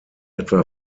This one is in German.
etwa